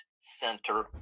center